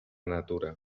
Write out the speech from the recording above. natura